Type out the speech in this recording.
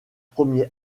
premier